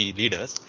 leaders